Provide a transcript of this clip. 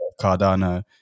cardano